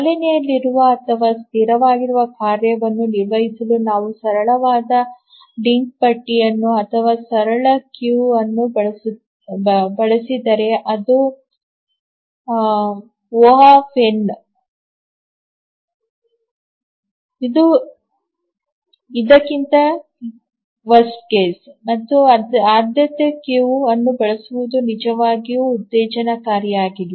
ಚಾಲನೆಯಲ್ಲಿರುವ ಅಥವಾ ಸಿದ್ಧವಾಗಿರುವ ಕಾರ್ಯವನ್ನು ನಿರ್ವಹಿಸಲು ನಾವು ಸರಳವಾದ ಲಿಂಕ್ ಪಟ್ಟಿ ಅಥವಾ ಸರಳ ಕ್ಯೂ ಅನ್ನು ಬಳಸಿದರೆ ಅದು ಒ O ಇದು ಇದಕ್ಕಿಂತ ಕೆಟ್ಟದಾಗಿದೆ ಮತ್ತು ಆದ್ಯತೆಯ ಕ್ಯೂ ಅನ್ನು ಬಳಸುವುದು ನಿಜವಾಗಿಯೂ ಉತ್ತೇಜನಕಾರಿಯಲ್ಲ